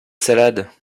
salades